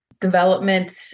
development